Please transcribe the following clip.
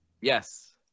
Yes